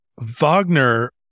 Wagner